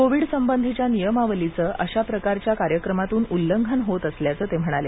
Covid संबंधीच्या नियमावलीचं अशा प्रकारच्या कार्यक्रमातून उल्लंघन होत असल्याचे ते म्हणाले